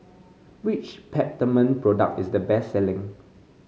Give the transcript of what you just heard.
which Peptamen product is the best selling